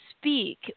speak